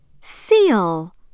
Seal